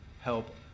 help